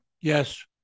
Yes